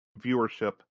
viewership